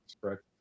correct